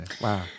Wow